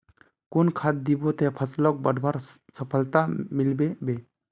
कुन खाद दिबो ते फसलोक बढ़वार सफलता मिलबे बे?